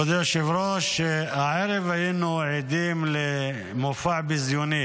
מכובדי היושב-ראש, הערב היינו עדים למופע ביזיוני